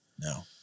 No